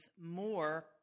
more